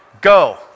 Go